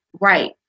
right